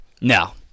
No